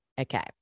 okay